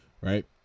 right